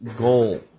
goal